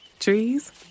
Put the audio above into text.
trees